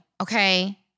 Okay